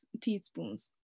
teaspoons